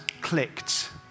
clicked